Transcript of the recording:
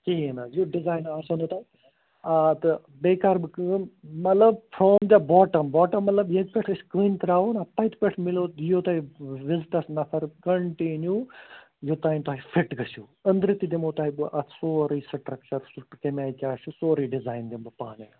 کِہیٖنۍ نہٕ حظ یُتھ ڈِزاین آسٮ۪و نہٕ تۅہہِ آ تہٕ بیٚیہِ کَرٕ بہٕ کٲم مطلب فرام دَ باٹم باٹم مطلب ییٚتہِ پٮ۪ٹھ أسۍ کٔنۍ ترٛاوو نا تتہِ پٮ۪ٹھ میلو یِیِو تۅہہِ وِزٹس نفر کنٛٹِنیٛوٗ یوٚتانۍ تُہۍ فِٹ گَژھٮ۪و أنٛدرٕ تہِ دِمہو تۄہہِ بہٕ اَتھ سورُے سِٹرکچر سُہ تہِ کَمہِ آیہِ کیٛاہ چھُ سورُے ڈِزایِن دِمہٕ بہٕ پانَے